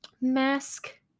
mask